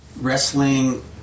wrestling